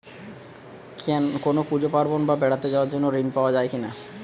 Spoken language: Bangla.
কোনো পুজো পার্বণ বা বেড়াতে যাওয়ার জন্য ঋণ পাওয়া যায় কিনা?